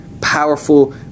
powerful